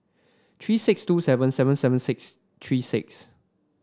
three six two seven seven seven six three six